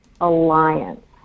alliance